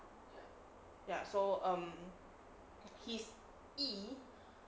ya so um his E